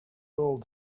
old